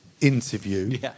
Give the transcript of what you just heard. interview